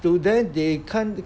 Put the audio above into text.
to them they can't